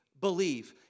believe